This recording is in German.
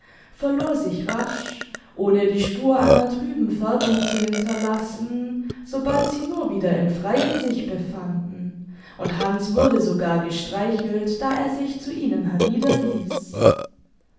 verlor sich rasch ohne die spur einer trüben färbung zu hinterlassen sobald sie nur wieder im freien sich befanden und hanns wurde sogar gestreichelt da er sich zu ihnen